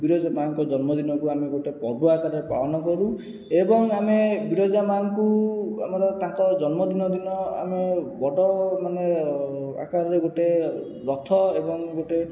ବିରଜା ମାଆଙ୍କ ଜନ୍ମଦିନକୁ ଆମେ ଗୋଟେ ପର୍ବ ଆକାରରେ ପାଳନ କରୁ ଏବଂ ଆମେ ବିରଜା ମାଆଙ୍କୁ ଆମର ତାଙ୍କ ଜନ୍ମଦିନ ଦିନ ଆମେ ବଡ଼ ମାନେ ଆକାରରେ ଗୋଟେ ରଥ ଏବଂ ଗୋଟେ